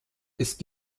ist